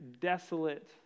desolate